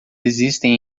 existem